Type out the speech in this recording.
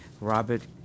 Robert